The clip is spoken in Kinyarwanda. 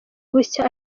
gutya